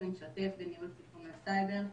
באופן שוטף וניהול סיכוני סייבר,